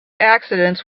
accidents